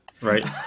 Right